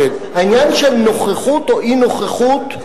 העניין של נוכחות או אי-נוכחות,